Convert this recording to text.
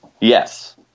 Yes